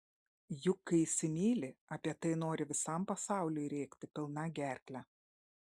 juk kai įsimyli apie tai nori visam pasauliui rėkti pilna gerkle